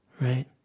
right